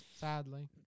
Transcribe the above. sadly